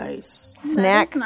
snack